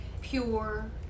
pure